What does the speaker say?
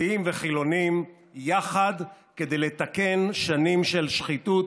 דתיים וחילונים יחד, כדי לתקן שנים של שחיתות,